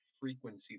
frequency